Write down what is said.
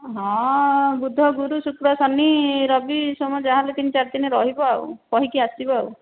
ହଁ ବୁଧ ଗୁରୁ ଶୁକ୍ର ଶନି ରବି ସୋମ ଯାହା ହେଲେ ତିନି ଚାରି ଦିନ ରହିବ ଆଉ କହିକି ଆସିବ ଆଉ